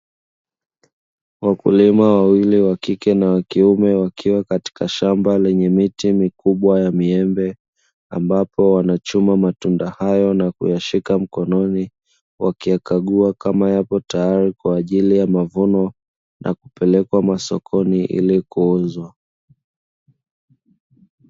Wakulima wawili wa kike na wa kiume wakiwa katika shamba lenye miti mikubwa ya miembe ambapo wanachuma matunda hayo na kuyashika mkononi wakiyakagua kama yapo tayari kwa ajili ya mavuno na kupelekwa masokoni ili kuuzwa.